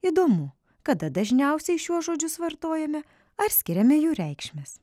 įdomu kada dažniausiai šiuos žodžius vartojame ar skiriame jų reikšmes